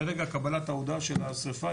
מרגע קבלת ההודעה של השריפה,